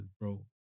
bro